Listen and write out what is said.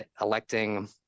electing